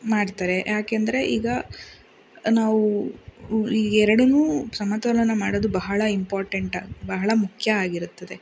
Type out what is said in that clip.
ಮಾಡ್ತಾರೆ ಏಕೆಂದರೆ ಈಗ ನಾವು ಈ ಎರಡನ್ನು ಸಮತೋಲನ ಮಾಡೋದು ಬಹಳ ಇಂಪಾರ್ಟೆಂಟ್ ಬಹಳ ಮುಖ್ಯ ಆಗಿರುತ್ತದೆ